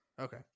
Okay